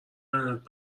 لعنت